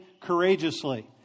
courageously